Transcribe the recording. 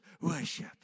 worship